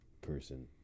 person